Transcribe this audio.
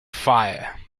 fire